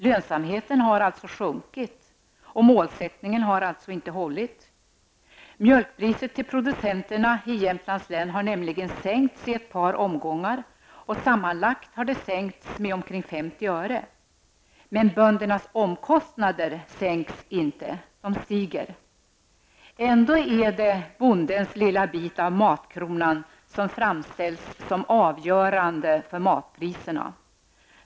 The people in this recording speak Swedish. Lönsamheten har alltså sjunkit, och målsättningen har alltså inte hållit. Mjölkpriset till producenterna i Jämtlands län har nämligen sänkts i ett par omgångar, och sammanlagt har det sänkts med omkring 50 öre. Men böndernas omkostnader sänks inte, de stiger. Ändå är det bondens lilla bit av matkronan som framställs som avgörande för matpriserna.